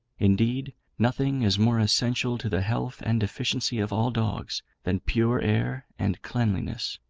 indeed, nothing is more essential to the health and efficiency of all dogs than pure air and cleanliness.